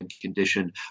condition